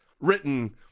written